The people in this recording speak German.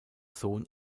sohn